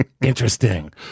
Interesting